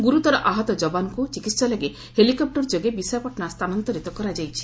ଗୁରୁତର ଆହତ ଯବାନମାନଙ୍କୁ ଚିକିହା ଲାଗି ହେଲିକପୁର ଯୋଗେ ବିଶାଖାପାଟଣା ସ୍ତାନାନ୍ତରିତ କରାଯାଇଛି